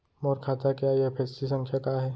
मोर खाता के आई.एफ.एस.सी संख्या का हे?